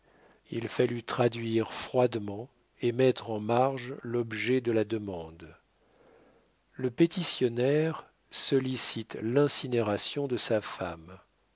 il fallut traduire froidement et mettre en marge l'objet de la demande le pétitionnaire sollicite l'incinération de sa femme